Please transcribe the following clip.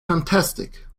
fantastic